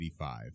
1985